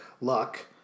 luck